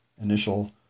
initial